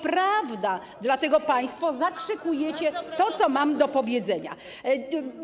Prawda boli, dlatego państwo zakrzykujecie to, co mam do powiedzenia.